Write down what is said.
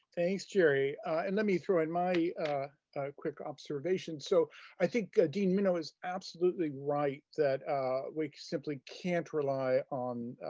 thanks, gerry. and let me throw in my quick observation. so i think that ah dean minow is absolutely right that we simply can't rely on